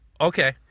Okay